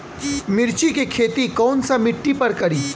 मिर्ची के खेती कौन सा मिट्टी पर करी?